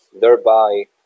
thereby